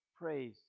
praise